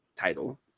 title